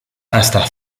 hasta